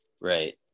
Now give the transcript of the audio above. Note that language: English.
Right